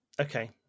Okay